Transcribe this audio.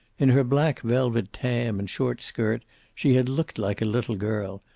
in her black velvet tam and short skirt she had looked like a little girl,